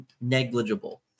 negligible